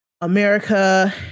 America